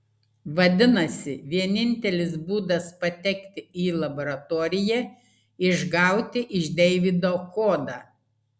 vadinasi vienintelis būdas patekti į laboratoriją išgauti iš deivido kodą